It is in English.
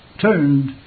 turned